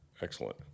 Excellent